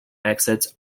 exits